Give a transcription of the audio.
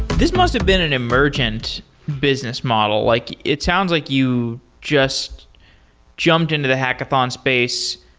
this must have been an emergent business model. like it sounds like you just jumped into the hackathon space,